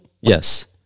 Yes